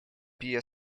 bije